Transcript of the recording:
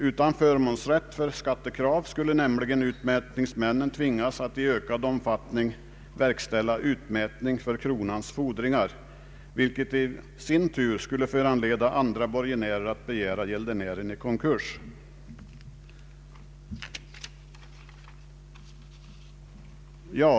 Utan förmånsrätt för skattekrav skulle nämligen utmätningsmännen tvingas att i ökad omfattning verkställa utmätning på statens fordringar, vilket i sin tur skulle föranleda andra borgenärer att begära gäldenären i konkurs.